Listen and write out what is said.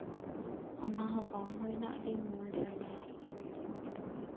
ᱚᱱᱟ ᱦᱚᱸ ᱵᱟᱝ ᱦᱩᱭ ᱞᱮᱱᱟ ᱟᱹᱰᱤ ᱢᱚᱡᱽ ᱱᱚᱣᱟ ᱠᱨᱤᱢ ᱫᱚ